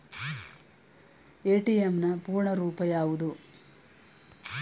ATM ನ ಪೂರ್ಣ ರೂಪ ಯಾವುದು?